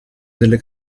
delle